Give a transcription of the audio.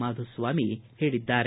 ಮಾಧುಸ್ವಾಮಿ ಹೇಳಿದ್ದಾರೆ